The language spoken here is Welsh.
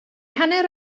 hanner